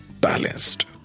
balanced